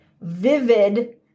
vivid